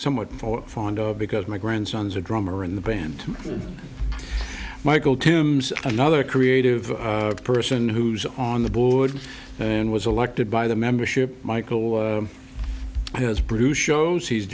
somewhat fond of because my grandsons a drummer in the band michael tims another creative person who's on the board and was elected by the membership michael has produced shows he's